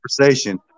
conversation